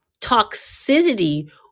Toxicity